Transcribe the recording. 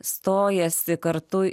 stojasi kartu